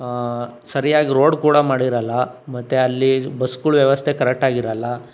ಸರಿಯಾಗಿ ರೋಡ್ ಕೂಡ ಮಾಡಿರಲ್ಲ ಮತ್ತೆ ಅಲ್ಲಿ ಬಸ್ಗಳ ವ್ಯವಸ್ಥೆ ಕರೆಕ್ಟಾಗಿ ಇರಲ್ಲ